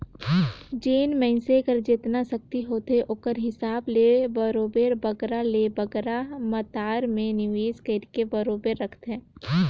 जेन मइनसे कर जेतना सक्ति होथे ओकर हिसाब ले बरोबेर बगरा ले बगरा मातरा में निवेस कइरके बरोबेर राखथे